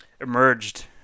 emerged